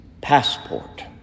passport